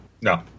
no